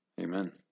Amen